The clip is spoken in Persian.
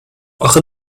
آخه